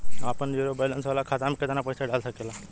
हम आपन zero balance वाला खाता मे केतना पईसा डाल सकेला?